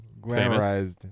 glamorized